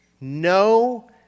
no